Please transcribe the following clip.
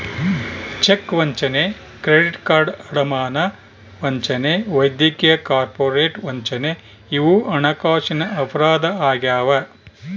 check ವಂಚನೆ credit card ಅಡಮಾನ ವಂಚನೆ ವೈದ್ಯಕೀಯ ಕಾರ್ಪೊರೇಟ್ ವಂಚನೆ ಇವು ಹಣಕಾಸಿನ ಅಪರಾಧ ಆಗ್ಯಾವ